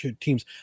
teams